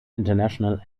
international